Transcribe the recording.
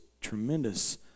tremendous